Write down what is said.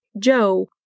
Joe